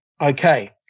okay